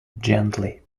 gently